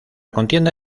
contienda